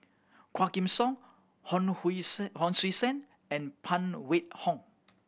Quah Kim Song Hon Hui Sen Hon Sui Sen and Phan Wait Hong